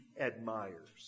admires